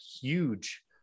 huge